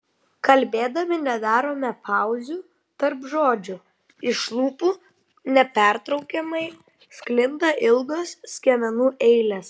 kalbėdami nedarome pauzių tarp žodžių iš lūpų nepertraukiamai sklinda ilgos skiemenų eilės